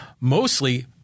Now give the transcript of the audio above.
mostly